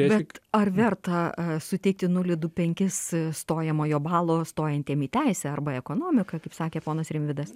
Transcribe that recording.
bet ar verta suteikti nulį du penkis stojamojo balo stojantiem į teisę arba ekonomiką kaip sakė ponas rimvydas